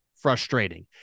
frustrating